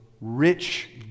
rich